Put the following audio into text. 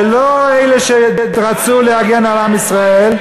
זה לא אלה שרצו להגן על עם ישראל,